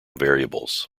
variables